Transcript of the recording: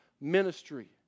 ministry